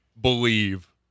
believe